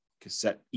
cassette